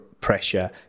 pressure